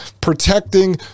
protecting